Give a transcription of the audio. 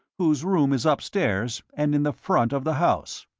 whose room is upstairs and in the front of the house.